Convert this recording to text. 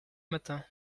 matin